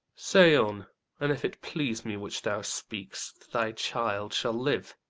say on an if it please me which thou speak'st, thy child shall live,